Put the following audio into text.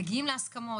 מגיעים להסכמות.